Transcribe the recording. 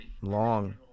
Long